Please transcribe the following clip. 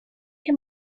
che